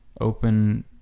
open